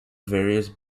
various